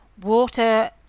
water